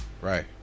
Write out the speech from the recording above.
Right